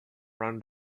run